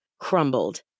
crumbled